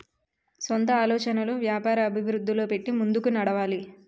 సొంత ఆలోచనలను వ్యాపార అభివృద్ధిలో పెట్టి ముందుకు నడవాలి